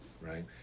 right